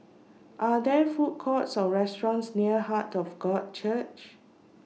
Are There Food Courts Or restaurants near Heart of God Church